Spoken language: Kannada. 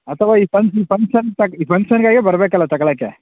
ಅಥವಾ ಈ ಫನ್ ಫಂಕ್ಷನ್ ತಕ್ಕ ಫಂಕ್ಷನ್ಗಾಗೇ ಬರ್ಬೇಕಲ್ಲ ತಗೊಳಕ್ಕೆ